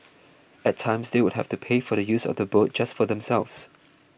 at times they would have to pay for the use of the boat just for themselves